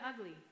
ugly